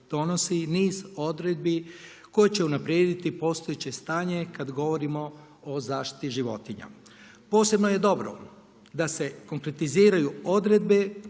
donosi niz odredbi koje će unaprijediti postojeće stanje kada govorimo o zaštiti životinja. Posebno je dobro da se konkretiziraju odredbe